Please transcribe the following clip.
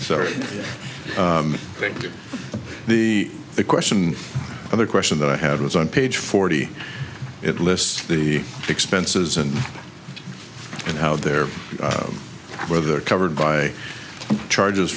sorry but the question of the question that i had was on page forty it lists the expenses and and how they're whether they're covered by charges